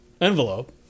envelope